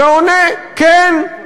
ועונה: כן,